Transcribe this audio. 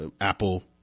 Apple